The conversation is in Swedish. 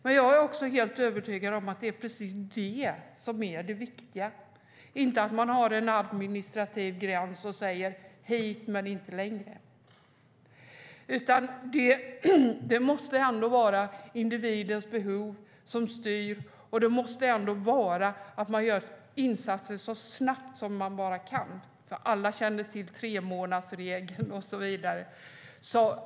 Men jag är också helt övertygad om att det är precis det som är det viktiga, inte att man har en administrativ gräns och säger hit men inte längre. Det måste vara individens behov som styr, och det måste vara att göra insatser så snabbt som man bara kan - alla känner till tremånadersregeln och så vidare.